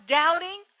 doubting